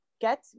get